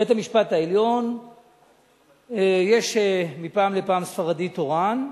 בבית-המשפט העליון יש מפעם לפעם ספרדי תורן.